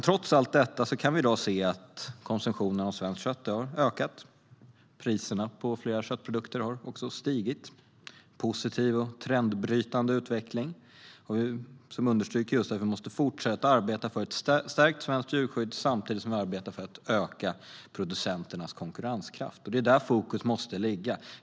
Trots allt detta kan vi i dag se att konsumtionen av svenskt kött har ökat och att priserna på flera köttprodukter har stigit. Det är en positiv och trendbrytande utveckling. Jag vill understryka att vi måste fortsätta arbeta för ett stärkt svenskt djurskydd samtidigt som vi arbetar för att öka producenternas konkurrenskraft. Det är där som fokus måste ligga.